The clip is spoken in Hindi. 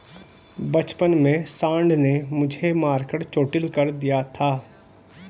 बचपन में सांड ने मुझे मारकर चोटील कर दिया था